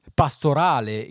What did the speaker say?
pastorale